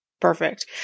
perfect